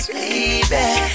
Baby